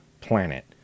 planet